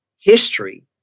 history